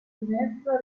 finestra